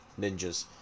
Ninjas